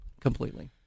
completely